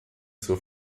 zur